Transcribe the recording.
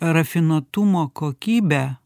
rafinuotumo kokybę